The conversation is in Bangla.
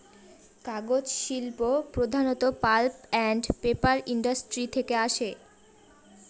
কাগজ শিল্প প্রধানত পাল্প আন্ড পেপার ইন্ডাস্ট্রি থেকে আসে